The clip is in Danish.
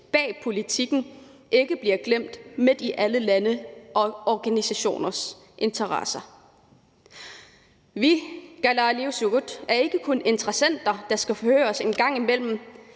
bag politikken ikke bliver glemt midt i alle landes og organisationers interesser. Vi, kalaaliusugut, er ikke kun interessenter, der skal høres en gang imellem,